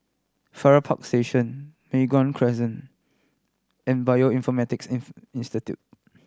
Farrer Park Station Mei Hwan Crescent and Bioinformatics Institute